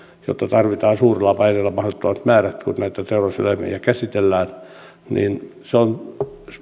jota tarvitaan suurella paineella mahdottomat määrät kun näitä teuraseläimiä käsitellään se on